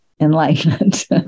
enlightenment